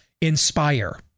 inspire